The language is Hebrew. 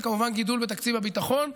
וכמובן גידול בתקציב הביטחון.